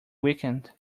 weekend